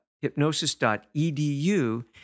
hypnosis.edu